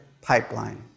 pipeline